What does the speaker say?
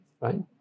right